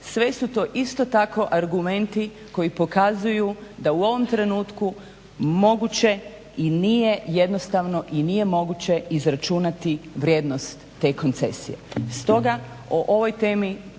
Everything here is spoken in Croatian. Sve su to isto tako argumenti koji pokazuju da u ovom trenutku moguće i nije jednostavno i nije moguće izračunati vrijednost te koncesije. Stoga o ovoj temi